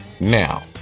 Now